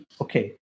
okay